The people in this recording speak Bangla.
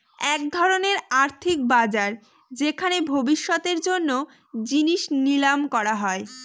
এক ধরনের আর্থিক বাজার যেখানে ভবিষ্যতের জন্য জিনিস নিলাম করা হয়